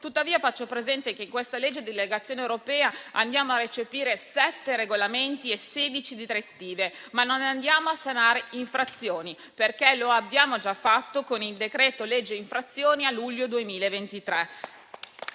Tuttavia faccio presente che in questo provvedimento andiamo a recepire sette regolamenti e sedici direttive, ma non andiamo a sanare infrazioni, perché lo abbiamo già fatto con il decreto-legge infrazioni a luglio 2023.